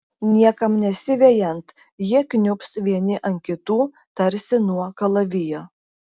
niekam nesivejant jie kniubs vieni ant kitų tarsi nuo kalavijo